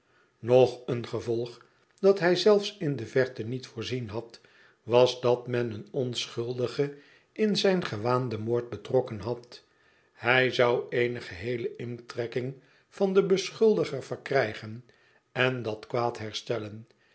nog een gevolg dat hij zel in de verte niet voorzien had was dat men een onschuldige in zijn gewaanden moord betrokken had hij zou eene geheele intrekking van den beschuldiger verkrijgen en dat kwaad herstellen